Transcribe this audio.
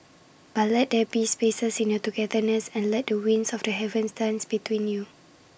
but let there be spaces in your togetherness and let the winds of the heavens dance between you